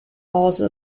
also